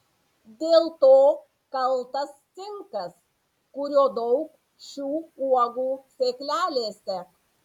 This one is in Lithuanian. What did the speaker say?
dėl to kaltas cinkas kurio daug šių uogų sėklelėse